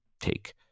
take